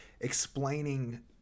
explaining